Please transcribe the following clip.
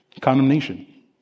Condemnation